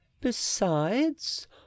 Besides